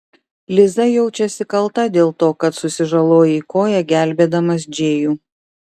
liza jaučiasi kalta dėl to kad susižalojai koją gelbėdamas džėjų